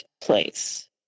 Place